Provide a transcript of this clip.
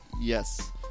Yes